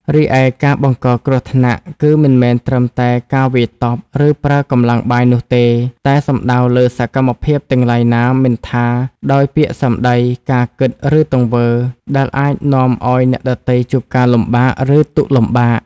រីឯការបង្កគ្រោះថ្នាក់ គឺមិនមែនត្រឹមតែការវាយតប់ ឬប្រើកម្លាំងបាយនោះទេ តែសំដៅលើសកម្មភាពទាំងឡាយណាមិនថាដោយពាក្យសម្ដី ការគិត ឬទង្វើ ដែលអាចនាំឲ្យអ្នកដទៃជួបការលំបាក ឬទុក្ខលំបាក។